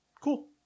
cool